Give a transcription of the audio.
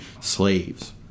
slaves